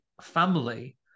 family